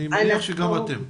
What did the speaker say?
אני מניח שגם אתם.